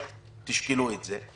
שתשקלו את זה,